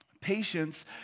Patience